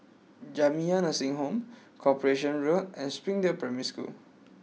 Jamiyah Nursing Home Corporation Road and Springdale Primary School